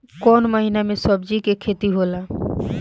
कोउन महीना में सब्जि के खेती होला?